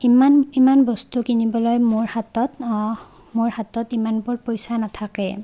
ইমান ইমান বস্তু কিনিবলৈ মোৰ হাতত মোৰ হাতত ইমানবোৰ পইচা নাথাকে